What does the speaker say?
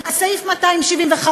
סעיף 275,